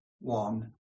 one